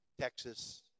Texas